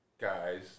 guys